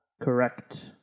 Correct